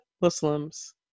muslims